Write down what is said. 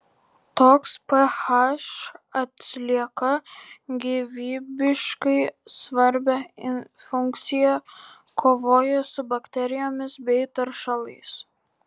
toks ph atlieka gyvybiškai svarbią funkciją kovoja su bakterijomis bei teršalais